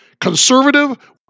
conservative